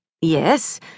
Yes